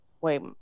Wait